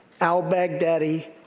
al-Baghdadi